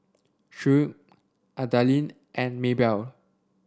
Shirl Adalynn and Maybelle